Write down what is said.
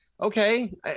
okay